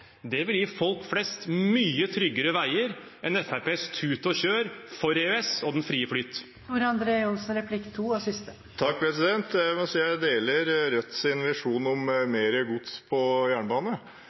vil gi folk flest mye tryggere veier enn Fremskrittspartiets tut og kjør for EØS og den frie flyt. Jeg må si at jeg deler Rødts visjon om mer gods på jernbane, spesielt for tømmer. Fremskrittspartiet har lagt inn godspakken i sin